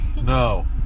No